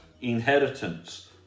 inheritance